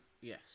Yes